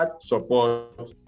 support